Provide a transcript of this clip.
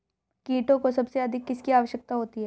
कीटों को सबसे अधिक किसकी आवश्यकता होती है?